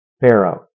Pharaoh